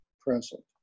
present